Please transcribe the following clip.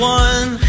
one